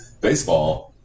baseball